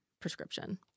prescription